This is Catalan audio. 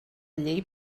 llei